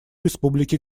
республики